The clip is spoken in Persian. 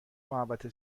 محوطه